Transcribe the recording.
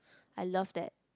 I loved that